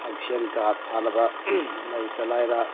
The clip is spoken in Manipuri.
ꯍꯛꯁꯦꯜ ꯀꯥꯔꯗ ꯁꯥꯅꯕ ꯂꯩꯇ ꯂꯥꯏꯔ